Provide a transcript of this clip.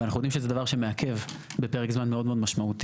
אנחנו יודעים שזה דבר מעכב בפרק זמן מאוד מאוד משמעותי.